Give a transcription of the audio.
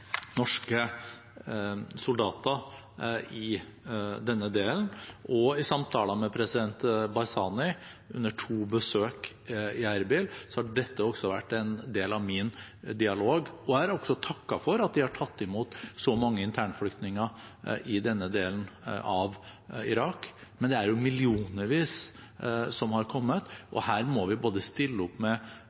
norske soldater i denne delen. I samtaler med president Barzani under to besøk i Erbil har dette vært en del av min dialog. Jeg har også takket for at de har tatt imot så mange internflyktninger i denne delen av Irak. Men det er millionvis som har kommet, og her må vi stille opp med